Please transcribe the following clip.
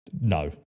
no